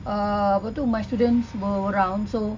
uh apa tu my students were around so